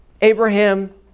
Abraham